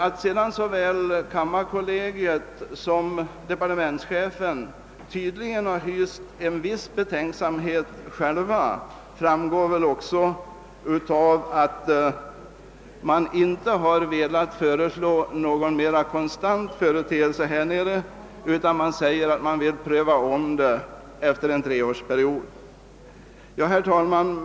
Att såväl kammarkollegiet som departementschefen hyst en viss betänksamhet framgår också tydligt av att någon mera konstant ordning inte föreslås; utan det sägs att beslutet bör omprövas efter en treårsperiod. Herr talman!